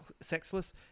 sexless